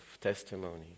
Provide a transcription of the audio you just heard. testimony